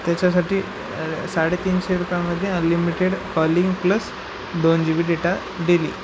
त्याच्यासाठी साडेतीनशे रुपयामध्ये अनलिमिटेड कॉलिंग प्लस दोन जी बी डेटा डेली